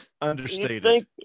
Understated